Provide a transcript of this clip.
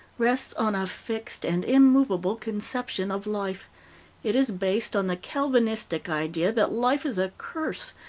rests on a fixed and immovable conception of life it is based on the calvinistic idea that life is a curse,